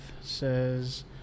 says